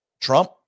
Trump